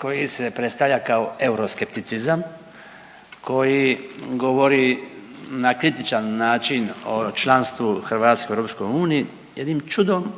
koji se predstavlja kao euroskepticizam koji govori na kritičan način o članstvu Hrvatske u EU jednim čudom